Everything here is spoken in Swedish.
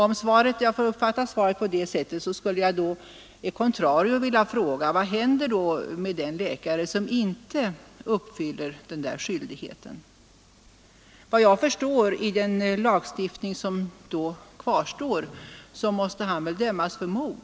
Om jag får uppfatta svaret på det sättet, skulle jag e contrario vilja fråga: Vad händer då med den läkare som inte uppfyller den skyldigheten? Efter vad jag förstår av den lagstiftning som kvarstår, måste han väl dömas för mord.